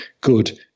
good